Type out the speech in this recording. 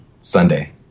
Sunday